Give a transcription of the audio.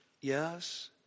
Yes